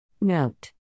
Note